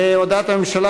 והודעת הממשלה,